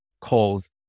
calls